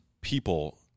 people